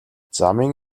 замын